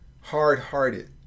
hard-hearted